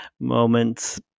moments